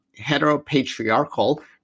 heteropatriarchal